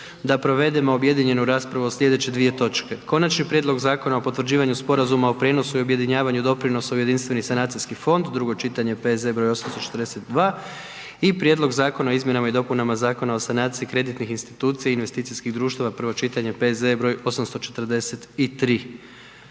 da provedemo objedinjenju raspravu o sljedeće dvije točke: - Konačni prijedlog Zakona o potvrđivanju sporazuma o prijenosu i objedinjavanju doprinosa u Jedinstveni sanacijski fond, drugo čitanje, P.Z. br. 842, - Prijedlog zakona o izmjenama i dopunama Zakona o sanaciji kreditnih institucija i investicijskih društava, prvo čitanje, P.Z.E. br. 843